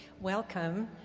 Welcome